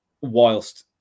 whilst